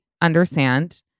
understand